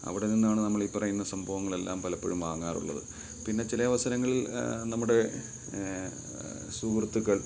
അവിടെ നിന്നാണ് നമ്മളീ പറയുന്ന സംഭവങ്ങളെല്ലാം പലപ്പഴും വാങ്ങാറുള്ളത് പിന്നെ ചില അവസരങ്ങളിൽ നമ്മുടെ സുഹൃത്തുക്കൾ